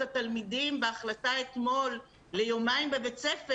התלמידים בהחלטה אתמול ליומיים בבית ספר,